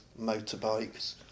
motorbikes